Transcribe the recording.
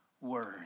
word